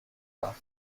dar